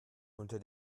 unter